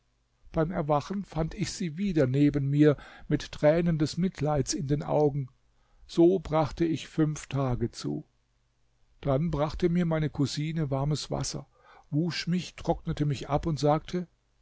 beim erwachen fand ich sie wieder neben mir mit tränen des mitleids in den augen so brachte ich fünf tage zu dann brachte mir meine cousine warmes wasser wusch mich trocknete mich ab und sagte